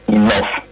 enough